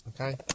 Okay